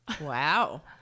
Wow